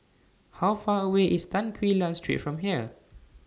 How Far away IS Tan Quee Lan Street from here